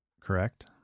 correct